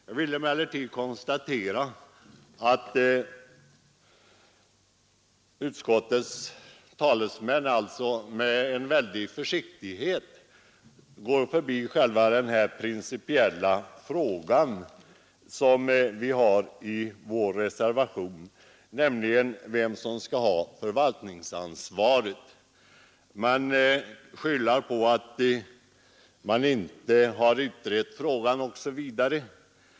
Jag vill konstatera att utskottets talesmän med en väldig försiktighet går förbi själva den principiella frågan som vi har i vår reservation, nämligen vem som skall ha förvaltningsansvaret. Man skyller på att man inte har utrett frågan osv.